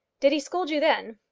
did he scold you then?